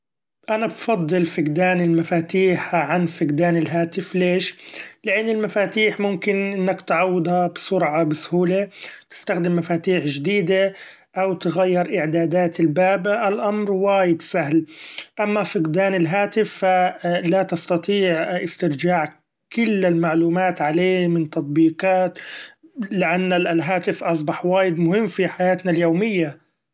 أنا بفضل فقدان المفاتيح عن فقدان الهاتف ليش ؛ لأن المفاتيح ممكن إنك تعوضها بسرعة بسهولي ، تستخدم مفاتيح جديدي أو تغير اعدادات الباب الأمر وايد سهل ، أما فقدان الهاتف لا تستطيع استرجاع كل المعلومات عليه من تطبيقات ، لأن الهاتف أصبح وايد مهم في حياتنا اليومية.